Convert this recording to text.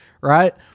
right